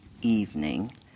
evening